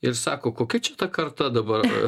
ir sako kokia čia ta karta dabar